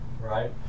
right